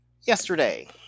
yesterday